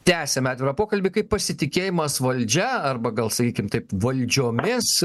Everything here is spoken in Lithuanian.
tęsiame atvirą pokalbį kaip pasitikėjimas valdžia arba gal sakykim taip valdžiomis